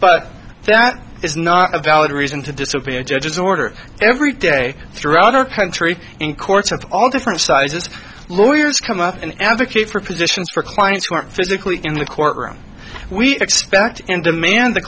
but that is not a valid reason to disappear judges order every day throughout our country in courts of all different sizes lawyers come up and advocate for positions for clients who aren't physically in the courtroom we expect and demand the